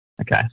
Okay